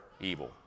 evil